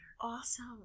Awesome